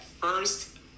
first